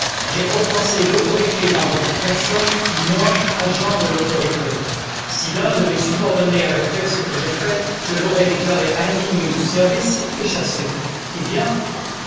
j'ai offensé l'autorité dans votre personne moi agent de l'autorité si l'un de mes subordonnés avait fait ce que j'ai fait je l'aurais déclaré indigne du service et chassé eh bien